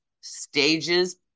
Stages